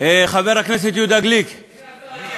חבר הכנסת יהודה גליק, איפה אתה?